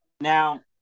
Now